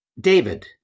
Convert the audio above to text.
David